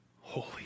holy